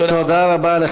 תודה רבה.